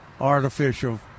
artificial